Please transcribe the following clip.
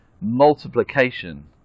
multiplication